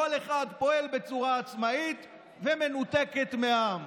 כל אחד פועל בצורה עצמאית, ומנותקת מהעם.